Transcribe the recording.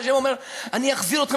ה' אומר: אני אחזיר אתכם.